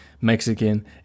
Mexican